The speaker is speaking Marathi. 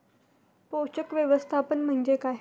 पोषक व्यवस्थापन म्हणजे काय?